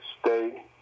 stay